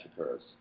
occurs